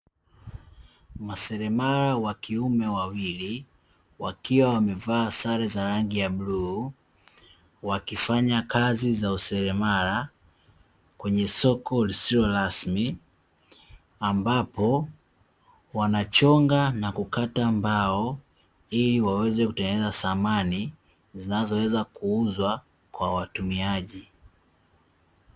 Seremala (wakiume wawili) wakiwa wamevaa sare za rangi ya bluu, wakifanya kazi za useremala, kwenye soko lisilo rasmi, ambapo wanachonga na kukata mbao ili waweze kutengeneza samani, zinazoweza kuuzwa kwa watumiaji.